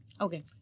Okay